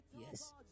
Yes